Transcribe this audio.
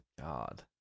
God